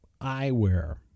Eyewear